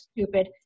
stupid